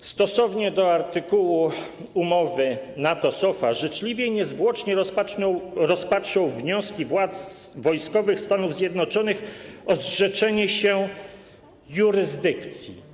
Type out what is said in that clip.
stosownie do artykułu umowy NATO SOFA życzliwie i niezwłocznie rozpatrzą wnioski władz wojskowych Stanów Zjednoczonych o zrzeczenie się jurysdykcji.